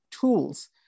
tools